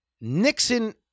Nixon